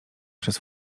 przez